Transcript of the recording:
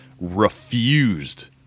Refused